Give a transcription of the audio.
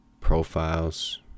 profiles